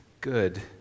good